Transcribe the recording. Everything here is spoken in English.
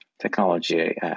technology